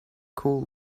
cool